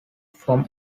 from